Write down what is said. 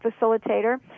facilitator